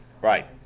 Right